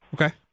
Okay